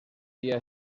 dia